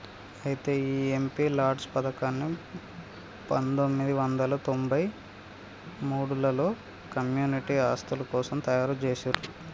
అయితే ఈ MP LADS పథకాన్ని పందొమ్మిది వందల తొంభై మూడులలో కమ్యూనిటీ ఆస్తుల కోసం తయారు జేసిర్రు